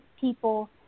people